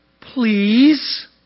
Please